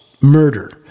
murder